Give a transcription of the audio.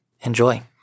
Enjoy